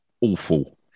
awful